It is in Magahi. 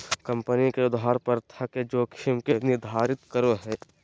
कम्पनी के उधार प्रथा के जोखिम के निर्धारित करो हइ